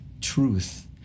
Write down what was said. truth